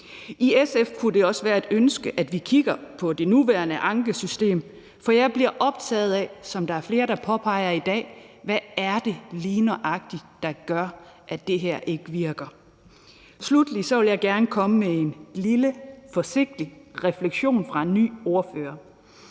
I SF kunne det også være et ønske, at vi kigger på det nuværende ankesystem, for jeg er – ligesom flere i dag – optaget af, hvad det lige nøjagtig er, der gør, at det her ikke virker. Sluttelig vil jeg gerne komme med en lille, forsigtig refleksion fra en ny ordfører.